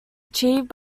achieved